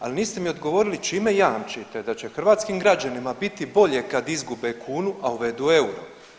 Ali niste mi odgovorili čime jamčite da će hrvatskim građanima biti bolje kad izgube kunu, a uvedu euro.